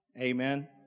amen